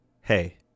hey